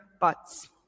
butts